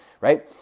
Right